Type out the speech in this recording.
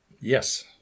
Yes